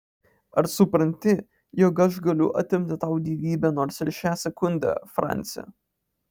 ar supranti jog aš galiu atimti tau gyvybę nors ir šią sekundę franci